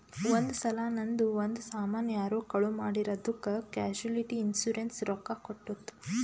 ಒಂದ್ ಸಲಾ ನಂದು ಒಂದ್ ಸಾಮಾನ್ ಯಾರೋ ಕಳು ಮಾಡಿರ್ ಅದ್ದುಕ್ ಕ್ಯಾಶುಲಿಟಿ ಇನ್ಸೂರೆನ್ಸ್ ರೊಕ್ಕಾ ಕೊಟ್ಟುತ್